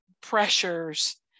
pressures